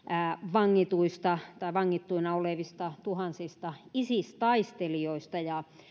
vangittuina olevista tuhansista isis taistelijoista